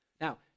Now